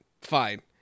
Fine